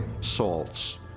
salts